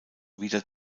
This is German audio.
wieder